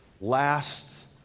last